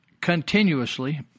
continuously